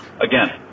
again